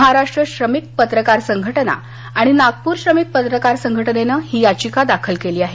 महाराष्ट्र श्रमिक पत्रकार संघटना आणि नागपूर श्रमिक पत्रकार संघटनेनं ही याचिका दाखल केली आहे